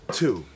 two